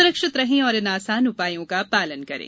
सुरक्षित रहें और इन आसान उपायों का पालन करें